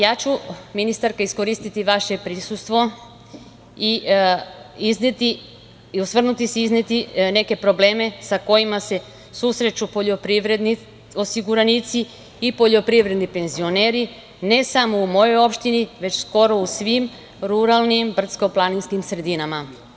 Ja ću ministarka iskoristiti vaše prisustvo i izneti i osvrnuti se na neke probleme sa kojima se susreću poljoprivredni osiguranici i poljoprivredni penzioneri, ne samo u mojoj opštini, već skoro u svim ruralnim i brdsko-planinskim sredinama.